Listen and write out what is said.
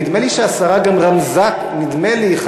ונדמה לי שהשרה גם רמזה נדמה לי,